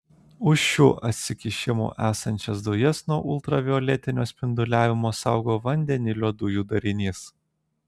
už šių atsikišimų esančias dujas nuo ultravioletinio spinduliavimo saugo vandenilio dujų darinys